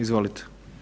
Izvolite.